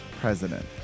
president